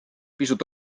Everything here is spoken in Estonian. pisut